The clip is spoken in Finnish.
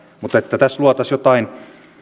mutta että tässä luotaisiin jotain